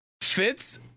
Fitz